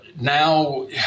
now